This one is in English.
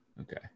Okay